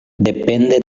depende